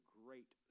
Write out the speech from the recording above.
great